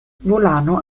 volano